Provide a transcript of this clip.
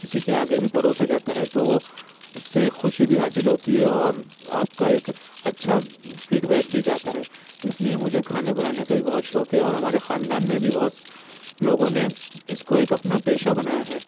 کسی کے آگے بھی پروسا جاتا ہے تو وہ اس سے خوشی بھی حاصل ہوتی ہے اور آپ کا ایک اچھا فیڈ بیک بھی جاتا ہے اس لیے مجھے کھانے بنانے کا بھی بہت شوق ہے اور ہمارے خاندان میں بھی بہت سے لوگوں نے اس کو ایک اپنا پیشہ بنایا ہے